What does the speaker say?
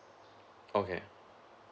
okay